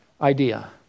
idea